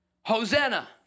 Hosanna